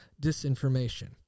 disinformation